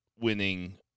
winning